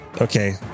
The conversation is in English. Okay